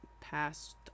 passed